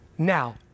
Now